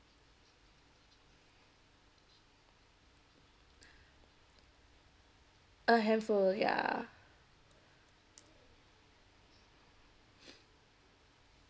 a handful ya